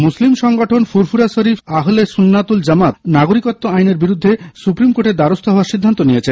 মুসলিম সংগঠন ফুরফুরা শরীফ আহলে সুন্নাতুল জামাত নাগরিকত্ব আইনের বিরুদ্ধে সুপ্রিম কোর্টের দ্বারস্থ হওয়ার সিদ্ধান্ত নিয়েছে